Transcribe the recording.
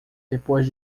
depois